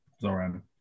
Zoran